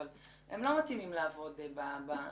אבל הם לא מתאימים לעבוד בתפקיד,